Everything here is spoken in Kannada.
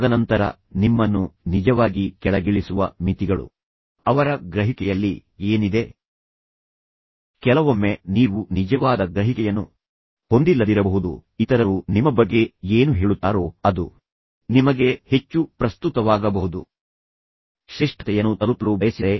ಯಾವುದೇ ಮನುಷ್ಯನಿಗೆ ಈ ರೀತಿಯ ಮಿತಿಗಳು ಇರುವುದು ಸಹಜ ಎಂದು ನೀವು ಅವರಿಗೆ ಹೇಳಿದರೆ ನೀವು ಉತ್ಪ್ರೇಕ್ಷಿಸುತ್ತಿದ್ದೀರಲ್ಲ ಆದ್ದರಿಂದ ಇನ್ನೊಬ್ಬ ವ್ಯಕ್ತಿಗೆ ಅದನ್ನು ಅರಿತುಕೊಳ್ಳಲು ಸಾಧ್ಯವಿದೆ ಅದೇನೆಂದರೆ ಆ ದ್ವೇಷವು ಇಬ್ಬರಿಗೂ ತುಂಬಾ ಹಾನಿಕಾರಕವಾಗಲಿದೆ ಮತ್ತು ನಂತರ ನೀವು ಸಂಬಂಧದಲ್ಲಿ ಸಾಮರಸ್ಯವನ್ನು ತರಲು ಸಾಧ್ಯವಾಗುತ್ತದೆ